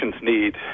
need